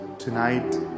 Tonight